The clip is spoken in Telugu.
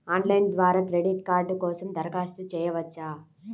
ఆన్లైన్ ద్వారా క్రెడిట్ కార్డ్ కోసం దరఖాస్తు చేయవచ్చా?